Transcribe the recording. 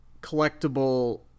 collectible